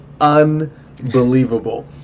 unbelievable